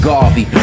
Garvey